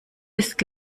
ist